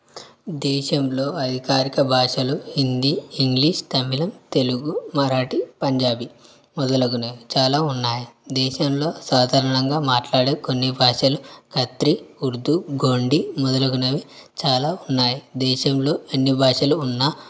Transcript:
దేశంలో అధికారిక భాషలు హిందీ ఇంగ్లీష్ తమిళం తెలుగు మరాఠీ పంజాబీ మొదలగునవి చాలా ఉన్నాయ్ దేశంలో సాధారణంగా మాట్లాడే కొన్ని భాషలు కత్రి ఉర్దూ గొండి మొదలగునవి చాలా ఉన్నాయి దేశంలో ఎన్ని భాషలు ఉన్నా